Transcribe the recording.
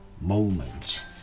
moments